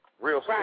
Real